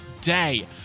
day